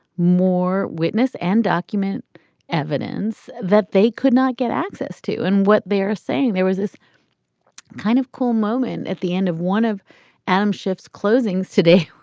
more witness and document evidence that they could not get access to. and what they're saying there was this kind of cool moment at the end of one of adam schiff's closings today.